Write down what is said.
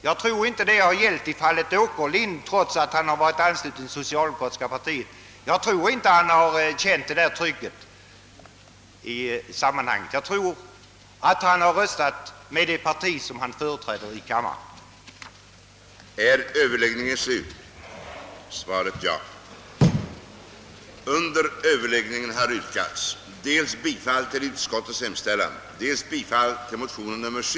Jag tror inte det har gällt i fallet Åkerlind, trots att han har varit ansluten till socialdemokratiska partiet. Jag tror inte han känt något sådant tryck. Jag tror att han har röstat med det parti som han företräder i kammaren.